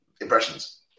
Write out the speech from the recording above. impressions